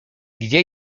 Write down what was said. gdzie